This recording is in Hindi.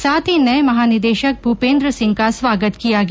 साथ ही नए महानिदेशक भूपेन्द्र सिंह का स्वागत किया गया